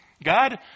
God